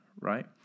right